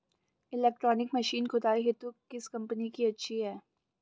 Electronic machine खुदाई हेतु किस कंपनी की अच्छी है?